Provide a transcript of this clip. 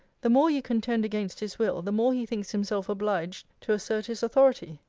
the more you contend against his will, the more he thinks himself obliged to assert his authority.